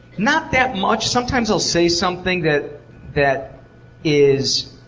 not that much. sometimes i'll say something that that is